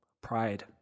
Pride